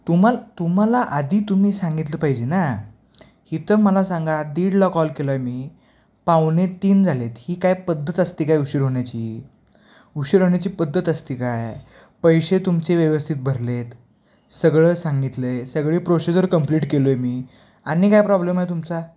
तुम्हाली तुम्हाला आधी तुम्ही सांगितलं पाहिजे ना इथं मला सांगा दीडला कॉल केलं आहे मी पावणे तीन झाले आहेत ही काय पद्धत असते काय उशीर होण्याची उशीर होण्याची पद्धत असते काय पैसे तुमचे व्यवस्थित भरले आहेत सगळं सांगितलं आहे सगळी प्रोसिजर कंप्लीट केलो आहे मी आणि काय प्रॉब्लेम आहे तुमचा